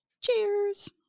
Cheers